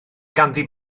ganddi